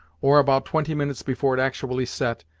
or about twenty minutes before it actually set,